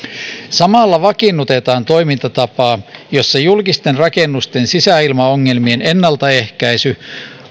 samalla vakiinnutetaan toimintatapaa jossa julkisten rakennusten sisäilmaongelmien ennaltaehkäisy